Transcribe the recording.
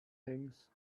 things